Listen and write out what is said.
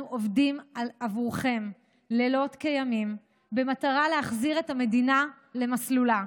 אנחנו עובדים עבורכם לילות כימים במטרה להחזיר את המדינה למסלולה,